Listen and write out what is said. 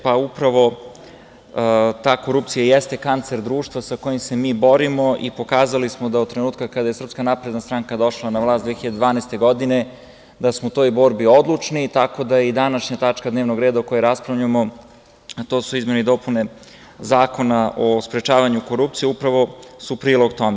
Pa, upravo ta korupcija i jeste kancer društva sa kojim se mi borimo i pokazali smo da od trenutka kada je SNS došla na vlast, 2012. godine, da smo u toj borbi odlučni, tako da i današnja tačka dnevnog reda o kojoj raspravljamo, a to su izmene i dopune Zakona o sprečavanju korupcije, upravo su prilog tome.